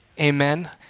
amen